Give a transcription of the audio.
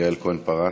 יעל כהן-פארן,